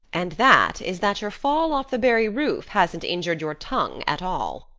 and that is that your fall off the barry roof hasn't injured your tongue at all.